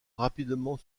rapidement